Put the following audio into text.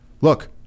look